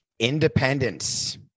Independence